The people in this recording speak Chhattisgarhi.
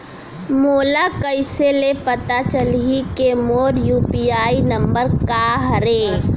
मोला कइसे ले पता चलही के मोर यू.पी.आई नंबर का हरे?